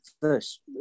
first